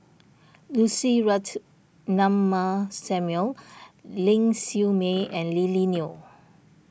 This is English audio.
Lucy Ratnammah Samuel Ling Siew May and Lily Neo